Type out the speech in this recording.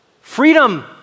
Freedom